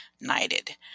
knighted